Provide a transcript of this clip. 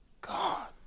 God